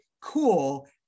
cool